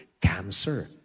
Cancer